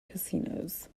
casinos